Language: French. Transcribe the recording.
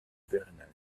pèlerinage